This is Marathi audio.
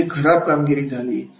कुठे खराब झाली